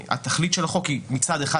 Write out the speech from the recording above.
והתכלית של החוק היא מצד אחד,